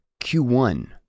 Q1